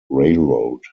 railroad